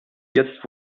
jetzt